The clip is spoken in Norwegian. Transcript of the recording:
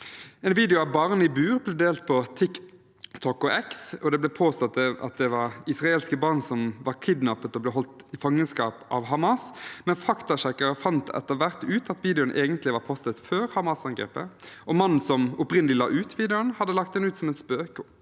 En video av barn i bur ble delt på TikTok og X. Det ble påstått at det var israelske barn som var kidnappet og ble holdt i fangenskap av Hamas, men faktasjekkere fant etter hvert ut at videoen egentlig var postet før Hamas-angrepet. Mannen som opprinnelig la ut videoen, hadde lagt den ut som en spøk.